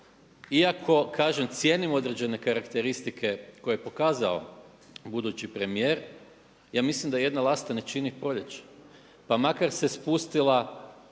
iako kažem cijenim određene karakteristike koje je pokazao budući premijer ja mislim da jedna lasta ne čini proljeće pa makar se spustila